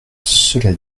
cela